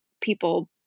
people